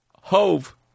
Hove